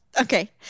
Okay